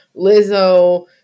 Lizzo